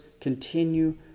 continue